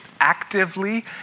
actively